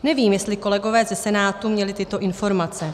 Nevím, jestli kolegové ze Senátu měli tyto informace.